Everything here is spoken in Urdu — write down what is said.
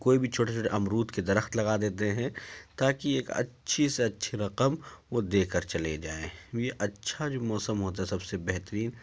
کوئی بھی چھوٹے چھوٹے امرود کے درخت لگا دیتے ہیں تاکہ ایک اچھی سے اچھی رقم وہ دے کر چلے جائیں یہ اچھا جو موسم ہوتا ہے سب سے بہترین